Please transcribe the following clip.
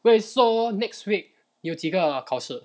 wait so next week 有几个考试